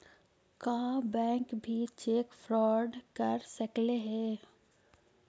का बैंक भी cheque fraud कर सकलई हे?